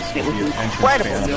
incredible